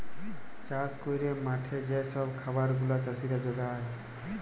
চাষ ক্যইরে মাঠে যে ছব খাবার গুলা চাষীরা উগায়